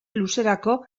luzerako